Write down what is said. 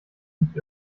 nicht